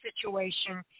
situation